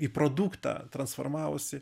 į produktą transformavosi